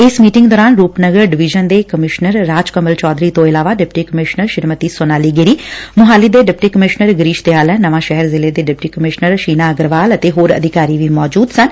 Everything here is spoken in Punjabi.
ਇਸ ਮੀਟਿੰਗ ਦੌਰਾਨ ਰੁਪਨਗਰ ਡਵੀਜ਼ਨ ਦੇ ਕਮਿਸ਼ਨਰ ਰਾਜ ਕਮਲ ਚੌਧਰੀ ਤੋਂ ਇਲਾਵਾ ਡਿਪਟੀ ਕਮਿਸ਼ਨਰ ਸ੍ਰੀਮਤੀ ਸੋਨਾਲੀ ਗਿਰੀ ਮੁਹਾਲੀ ਦੇ deputy commissioner Girish Dayalan Nawanshahr ਦੇ ਡਿਪਟੀ ਕਮਿਸ਼ਨਰ ਸ਼ੀਨਾ ਅਗਰਵਾਲ ਅਤੇ ਹੋਰ ਅਧਿਕਾਰੀ ਵੀ ਮੌਜੁਦ ਸਨ